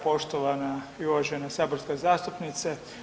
Poštovana i uvažena saborska zastupnice.